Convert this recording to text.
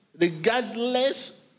Regardless